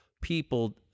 people